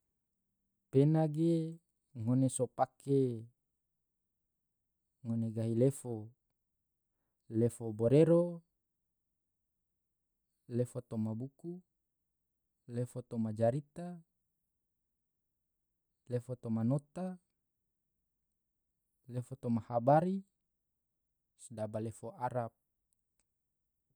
pena ge ngone so pake, ngone gahi lefo, lefo borero, lefo toma buku, lefo jarita, lefo nota, lefo habari, sedaba lefo arab.